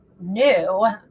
new